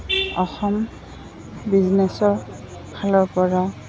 Assam বিজনেছৰফালৰপৰাও